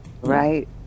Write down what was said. Right